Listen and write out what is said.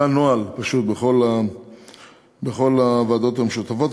זה הנוהל בכל הוועדות המשותפות,